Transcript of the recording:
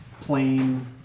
plain